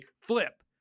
flip